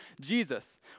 Jesus